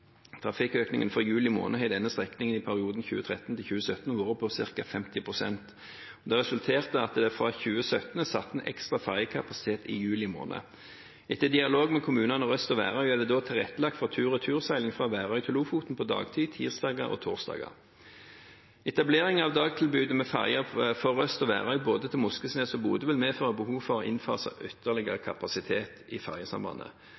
Trafikkøkningen for juli måned har på denne strekningen i perioden 2013–2017 vært på ca. 50 pst. Det har resultert i at det fra 2017 er satt inn ekstra ferjekapasitet i juli måned. Etter dialog med kommunene Røst og Værøy er det da tilrettelagt for tur-retur-seiling fra Værøy til Lofoten på dagtid tirsdager og torsdager. Etableringen av dagtilbudet med ferjer fra Røst og Værøy både til Moskenes og til Bodø vil medføre behov for å innfase ytterligere kapasitet i ferjesambandet.